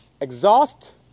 Exhaust